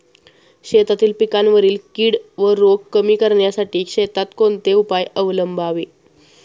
शेतातील पिकांवरील कीड व रोग कमी करण्यासाठी शेतात कोणते उपाय अवलंबावे?